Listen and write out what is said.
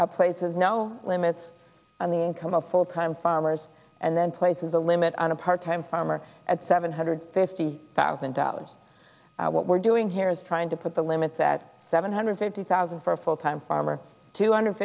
committee places no limits on the income of full time farmers and then places a limit on a part time farmer at seven hundred fifty thousand dollars what we're doing here is trying to put the limits at seven hundred fifty thousand for a full time farmer two hundred